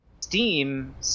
Steam